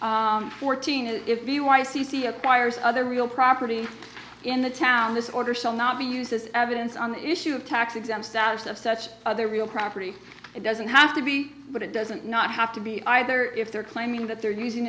cease fourteen if you i c c acquires other real property in the town this order shall not be used as evidence on the issue of tax exempt status of such other real property it doesn't have to be but it doesn't not have to be either if they're claiming that they're using